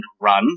run